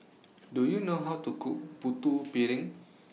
Do YOU know How to Cook Putu Piring